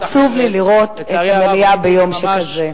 עצוב לי לראות את המליאה ביום שכזה.